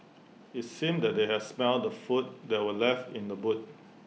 IT seemed that they had smelt the food that were left in the boot